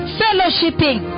fellowshipping